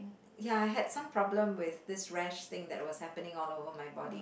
ya I had some problem with this rash thing that it was happening all over my body